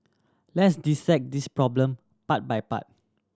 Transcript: let's dissect this problem part by part